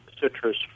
citrus